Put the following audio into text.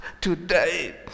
today